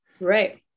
Right